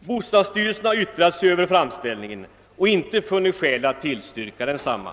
Bostadsstyrelsen har yttrat sig över framställningen och inte funnit skäl tillstyrka densamma.